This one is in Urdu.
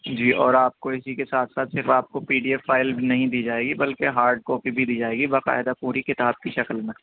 جی اور آپ کو اسی کے ساتھ ساتھ صرف آپ کو پی ڈی ایف فائل نہیں دی جائے گی بلکہ ہارڈ کاپی بھی دی جائے گی باقاعدہ پوری کتاب کی شکل میں